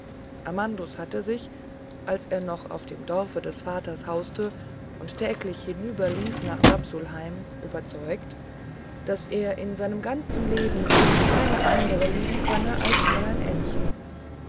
amandus hatte sich als er noch auf dem dorfe des vaters hauste und täglich hinüberlief nach dapsulheim überzeugt daß er in seinem ganzen leben keine andere lieben könne als fräulein ännchen